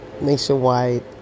nationwide